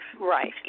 Right